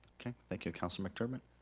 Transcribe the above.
okay, thank you. councilor mcdermott?